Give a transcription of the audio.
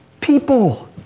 People